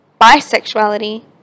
bisexuality